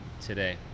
today